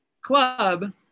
club